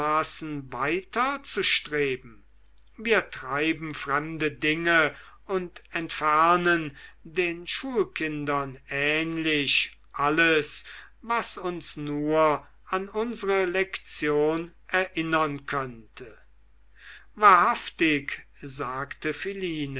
weiter zu streben wir treiben fremde dinge und entfernen den schulkindern ähnlich alles was uns nur an unsre lektion erinnern könnte wahrhaftig sagte